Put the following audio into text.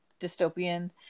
dystopian